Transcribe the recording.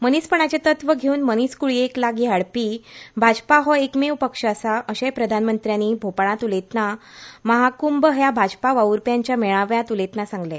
मनीसपणाचें तत्व घेवन मनीसकूळयेक लागी हाडपी भाजपा हो एकमेव पक्ष आसा अशेंय प्रधानमंत्र्यानी भोपाळांत उलयतना महाकूंभ ह्या भाजपा वाव्रप्यांच्या मेळाव्यात उलैतना सांगले